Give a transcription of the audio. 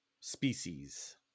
species